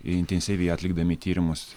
intensyviai atlikdami tyrimus